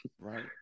right